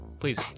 please